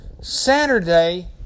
Saturday